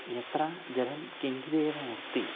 यत्र जलं किञ्चिदेव अस्ति